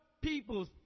people's